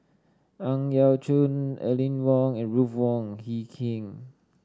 Ang Yau Choon Aline Wong and Ruth Wong Hie King